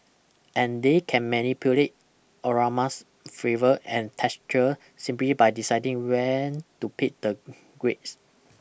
and they can manipulate aromas fravours and textures simply by deciding when to pick the grapes